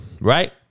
right